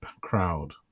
crowd